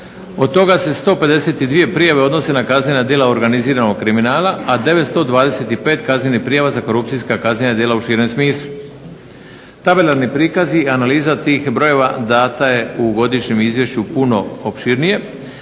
Od toga se 152 prijave odnose na kaznena djela organiziranog kriminala, a 925 kaznenih prijava za korupcijska kaznena djela u širem smislu. Tabelarni prikazi i analiza tih brojeva dana je u godišnjem izvješću puno opširnije.